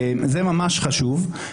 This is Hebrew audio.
זה ממש חשוב.